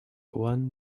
one